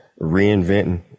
reinventing